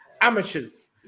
amateurs